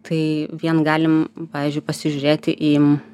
tai vien galim pavyzdžiui pasižiūrėti į